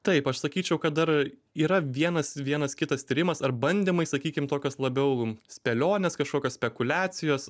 taip aš sakyčiau kad dar yra vienas vienas kitas tyrimas ar bandymai sakykim tokios labiau spėlionės kažkokios spekuliacijos